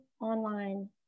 online